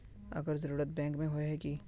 अगर जरूरत बैंक में होय है की?